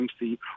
MC